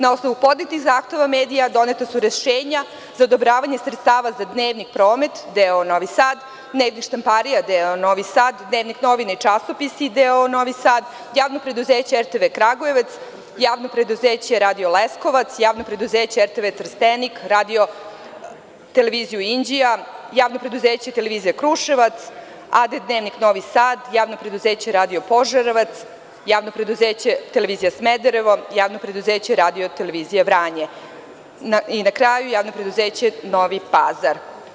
Na osnovu podnetih zahteva medija, doneta su rešenja za odobravanje sredstava za dnevni promet d.o.o Novi Sad, Dnevnik Štamparija d.o.o Novi Sad, Dnevnik novina i časopisi d.o.o Novi Sad, Javno preduzeće RTV Kragujevac, Javno preduzeće Radio Leskovac, Javno preduzeće RTV Trstenik, Radio-televizija Inđija, Javno preduzeće Televizija Kruševac, a.d. Dnevnik Novi Sad, Javno preduzeće Radio Požarevac, Javno preduzeće Televizija Smederevo, Javno preduzeće Radi-televizija Vranje i na kraju Javno preduzeće Novi Pazar.